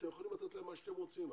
אתם יכולים לתת להם מה שאתם רוצים,